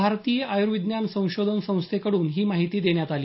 भारतीय आयुर्विज्ञान संशोधन संस्थेकडून ही माहिती देण्यात आली